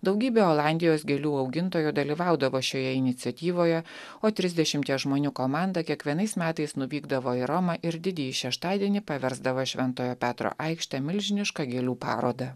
daugybė olandijos gėlių augintojų dalyvaudavo šioje iniciatyvoje o trisdešimties žmonių komanda kiekvienais metais nuvykdavo į romą ir didįjį šeštadienį paversdavo šventojo petro aikštę milžiniška gėlių paroda